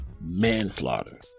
manslaughter